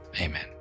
Amen